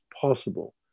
possible